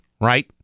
right